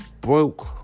broke